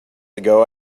ago